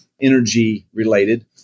energy-related